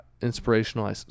inspirational